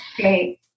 Great